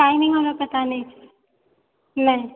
timing हमरा पता नहि छै ने